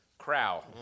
Crow